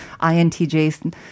intjs